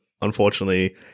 unfortunately